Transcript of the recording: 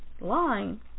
line